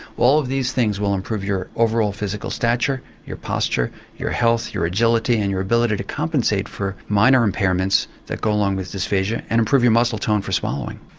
all of these things will improve your overall physical stature, your posture, your health, your agility, and your ability to compensate for minor impairments that go along with dysphagia and improve your muscle tone for swallowing.